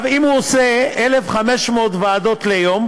אם הוא עושה 1,500 ועדות ליום,